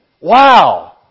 Wow